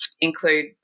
include